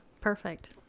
Perfect